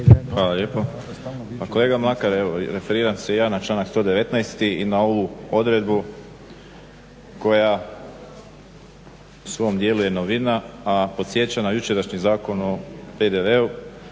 Hvala lijepo. Pa kolega Mlakar evo referiram se i ja na članak 119. i na ovu odredbu koja u svom dijelu je novina, a podsjeća na jučerašnji Zakon o PDV-u